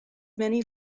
many